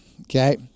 Okay